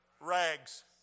rags